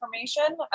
information